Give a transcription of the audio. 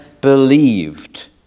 believed